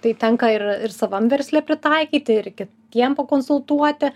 tai tenka ir ir savam versle pritaikyti ir kitiem pakonsultuoti